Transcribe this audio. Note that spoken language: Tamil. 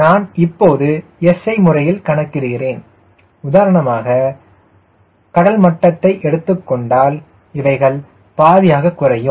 நான் இப்போது SI முறையில் கணக்கிடுகிறேன் உதாரணமாக இந்த கடல் மட்டத்தை எடுத்துக்கொண்டால் இவைகள் பாதியாக குறையும்